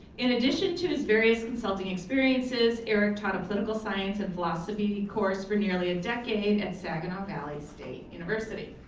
in addition to his various consulting experiences, eric taught a political science and philosophy course for nearly a decade at saginaw valley state university.